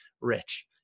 rich